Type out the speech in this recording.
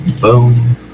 boom